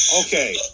Okay